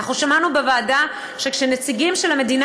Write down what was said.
אנחנו שמענו בוועדה שכשנציגים של המדינה